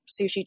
sushi